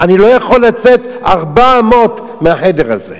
אני לא יכול לצאת ארבע אמות מהחדר הזה.